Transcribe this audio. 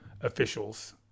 officials